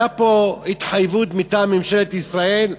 הייתה פה התחייבות מטעם ממשלת ישראל,